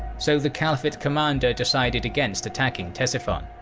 so the caliphate commander decided against attacking ctesiphon.